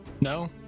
No